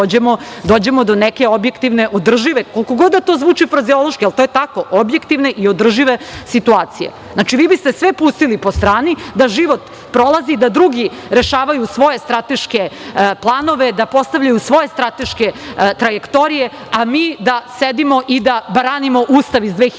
dođemo do neke objektivne, održive, koliko god da to zvuči frazeološki, ali to je tako, objektivne i održive situacije. Znači, vi biste sve pustili po strani da život prolazi, da drugi rešavaju svoje strateške planove, da postavljaju svoje strateške trajektorije, a mi da sedimo i da branimo Ustav iz 2006.